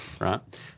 right